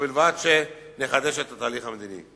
ובלבד שנחדש את התהליך המדיני.